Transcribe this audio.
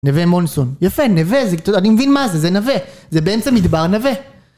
נווה מונסון. יפה, נווה, זה קצת, אני מבין מה זה, זה נווה, זה באמצע מדבר נווה.